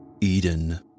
Eden